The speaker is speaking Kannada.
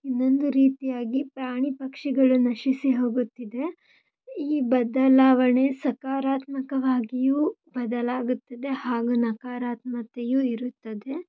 ಇನ್ನೊಂದು ರೀತಿಯಾಗಿ ಪ್ರಾಣಿ ಪಕ್ಷಿಗಳು ನಶಿಸಿ ಹೋಗುತ್ತಿದೆ ಈ ಬದಲಾವಣೆ ಸಕಾರಾತ್ಮಕವಾಗಿಯೂ ಬದಲಾಗುತ್ತಿದೆ ಹಾಗೂ ನಕಾರಾತ್ಮಕತೆಯೂ ಇರುತ್ತದೆ